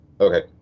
Okay